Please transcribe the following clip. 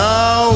Now